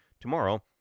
Tomorrow